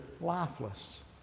lifeless